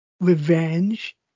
Revenge